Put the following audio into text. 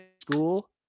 school